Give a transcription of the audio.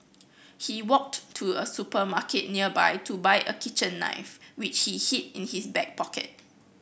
he walked to a supermarket nearby to buy a kitchen knife which he hid in his back pocket